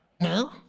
No